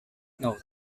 note